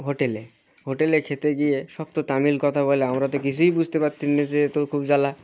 হোটেলে হোটেলে খেতে গিয়ে সব তো তামিল কথা বলে আমরা তো কিছুই বুঝতে পারছি না যে এ তো খুব জ্বালা